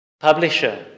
publisher